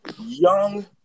young